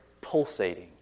pulsating